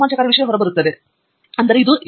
speaker 3 ಇದು 80 20 ನಿಯಮ